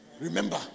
remember